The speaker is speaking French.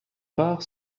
rares